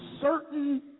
certain